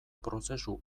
prozesu